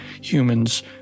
humans